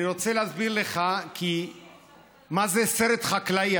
אני רוצה להסביר לך מה זה סרט חקלאי.